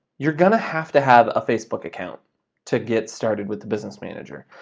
you're gonna have to have a facebook account to get started with the business manager.